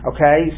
Okay